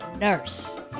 Nurse